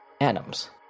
atoms